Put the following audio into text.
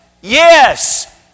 Yes